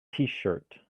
tshirt